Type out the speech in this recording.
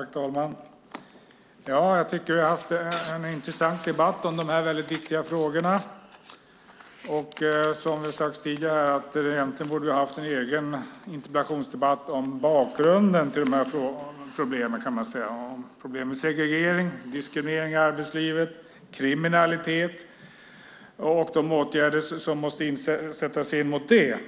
Herr talman! Jag tycker att vi har haft en intressant debatt om de här väldigt viktiga frågorna. Som det har sagts här tidigare borde vi egentligen ha haft en egen interpellationsdebatt om bakgrunden till de här problemen med segregering, diskriminering i arbetslivet och kriminalitet och om de åtgärder som måste sättas in mot problemen.